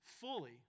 fully